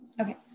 Okay